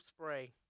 spray